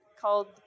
called